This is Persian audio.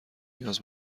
نیاز